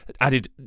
added